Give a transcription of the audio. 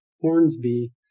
Hornsby